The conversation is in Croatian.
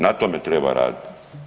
Na tome treba raditi.